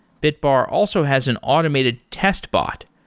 bitbar also has an automated test bot,